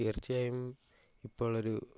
തീർച്ചയായും ഇപ്പോള്ളൊരു